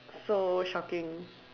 so shocking